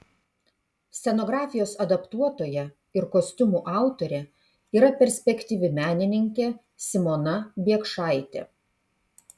scenografijos adaptuotoja ir kostiumų autorė yra perspektyvi menininkė simona biekšaitė